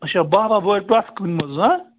اَچھا باہ باہ بۅہرِ پرٛتھ کُنہِ مَنٛز ہا